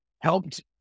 helped